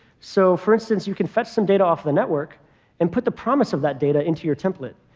so for instance, you can fetch some data off the network and put the promise of that data into your template.